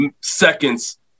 seconds